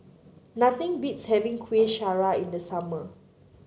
nothing beats having Kueh Syara in the summer